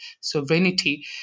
Sovereignty